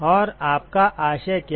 तो आपका आशय क्या है